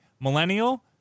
millennial